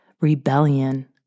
Rebellion